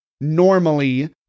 normally